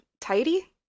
Tidy